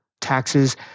taxes